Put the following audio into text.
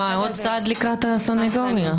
עוד צעד לעמדת הסנגוריה.